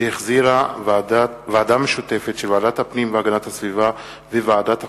שהחזירה הוועדה המשותפת של ועדת הפנים והגנת הסביבה וועדת החוקה,